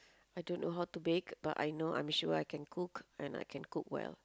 I don't know how to bake but I know I'm sure I can cook and I can cook well